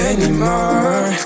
Anymore